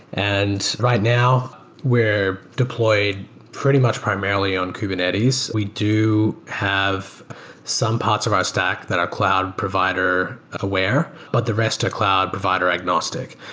and right now, we're deployed pretty much primarily on kubernetes. we do have some parts of our stack that are cloud provider aware, but the rest of cloud provider agnostic.